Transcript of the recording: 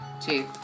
two